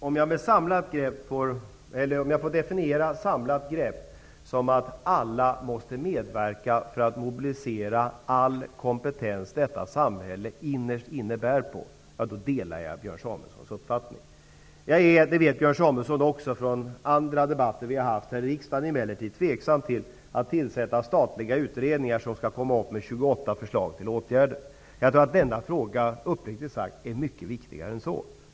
Herr talman! Om jag får definiera detta med ett samlat grepp så, att alla måste medverka för att mobilisera all kompetens som detta samhälle innerst inne bär på, delar jag Börn Samuelsons uppfattning. Jag är, och det vet Björn Samuelson från andra debatter här i riksdagen, emellertid tveksam till tillsättningar av statliga utredningar som skall komma med 28 förslag till åtgärder. Jag tror, uppriktigt sagt, att denna fråga är mycket viktigare än så.